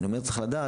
אז באמת צריך לתת,